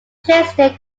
placename